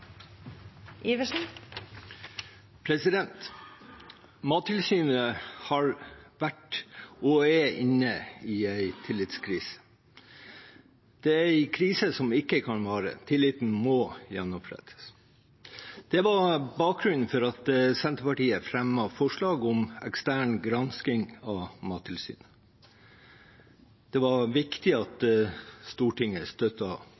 inne i en tillitskrise. Det er en krise som ikke kan vare, tilliten må gjenopprettes. Det var bakgrunnen for at Senterpartiet fremmet forslag om en ekstern gransking av Mattilsynet. Det var viktig